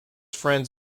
friends